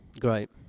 Great